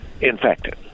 infected